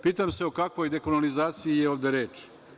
Pitam se o kakvoj dekolonizaciji je ovde reč?